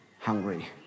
hungry